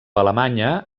alemanya